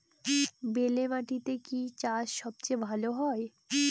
বেলে মাটিতে কি চাষ সবচেয়ে ভালো হয়?